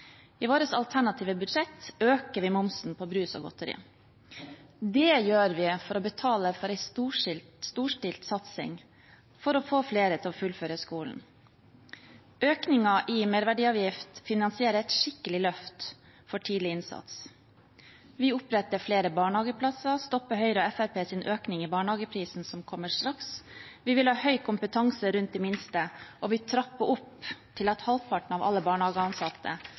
I vårt alternative budsjett øker vi momsen på brus og godteri. Det gjør vi for å betale for en storstilt satsing på å få flere til å fullføre skolen. Økningen i merverdiavgift finansierer et skikkelig løft for tidlig innsats. Vi oppretter flere barnehageplasser og stopper Høyre og Fremskrittspartiets økning i barnehageprisen, som kommer straks. Vi vil ha høy kompetanse rundt de minste, og vi trapper opp til at halvparten av alle barnehageansatte